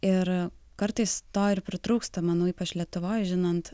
ir kartais to ir pritrūksta manau ypač lietuvoj žinant